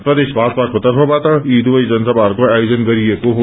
प्रदेश भाजपाको तर्फबाट यी दुवै जनसभाहरूको आयोजन गरिएको हो